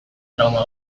trauma